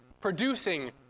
producing